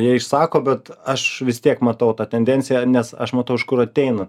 ją išsako bet aš vis tiek matau tą tendenciją nes aš matau iš kur ateina